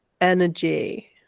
energy